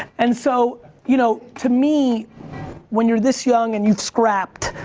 and so you know to me when you're this young and you've scrapped,